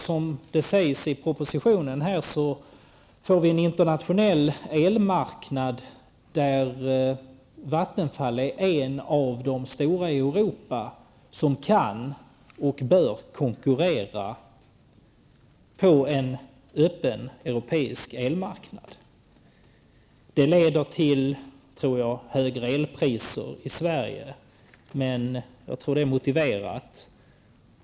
Som det sägs i propositionen får vi en internationell elmarknad där Vattenfall är ett av de stora företagen i Europa som kan och bör konkurrera på en öppen europeisk elmarknad. Det tror jag leder till högre elpriser i Sverige, men det är nog ändå motiverat.